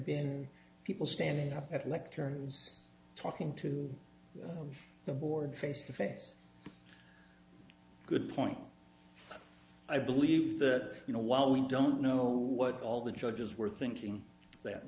been people standing up at lecterns talking to the board face to face good point i believe that you know while we don't know what all the judges were thinking that